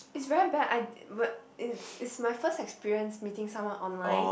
it's very bad I di~ it's it's my first experience meeting someone online